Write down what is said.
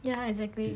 ya exactly